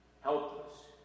Helpless